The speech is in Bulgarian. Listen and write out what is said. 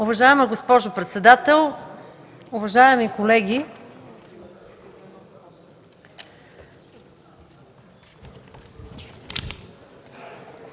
Уважаема госпожо председател, уважаеми колеги!